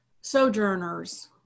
sojourners